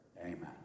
Amen